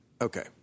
Okay